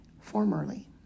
formerly